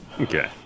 Okay